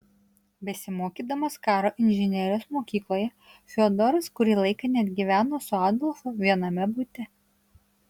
besimokydamas karo inžinerijos mokykloje fiodoras kurį laiką net gyveno su adolfu viename bute